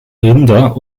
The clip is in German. rinder